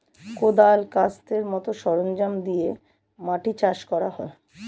কোদাল, কাস্তের মত সরঞ্জাম দিয়ে মাটি চাষ করা হয়